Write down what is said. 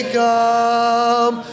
come